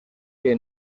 que